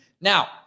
Now